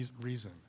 reason